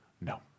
no